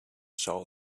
saw